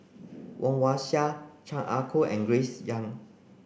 Woon Wah Siang Chan Ah Kow and Grace Young